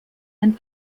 den